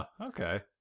okay